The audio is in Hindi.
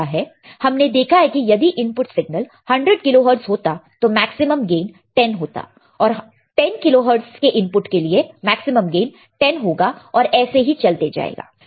हमने देखा है कि यदि इनपुट सिगनल 100 किलोहर्ट्ज़ होता तो मैक्सिमम गेन 10 होता और 10 किलो हर्ट्ज़ के इनपुट के लिए मैक्सिमम गेन 10 होगा और ऐसे ही चलते जाएगा